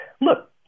look